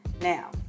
Now